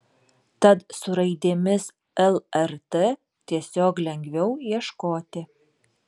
tad su raidėmis lrt tiesiog lengviau ieškoti